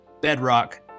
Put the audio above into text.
bedrock